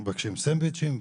מבקשים סנדוויצ'ים,